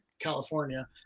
California